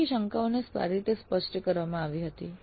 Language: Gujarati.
તકનીકી શંકાઓને સારી રીતે સ્પષ્ટ કરવામાં આવી હતી